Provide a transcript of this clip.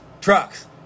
trucks